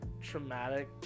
traumatic